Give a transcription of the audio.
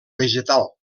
vegetal